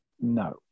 no